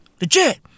Legit